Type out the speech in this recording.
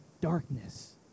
darkness